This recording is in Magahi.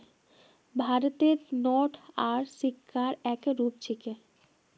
भारतत नोट आर सिक्कार एक्के रूप छेक